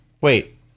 Wait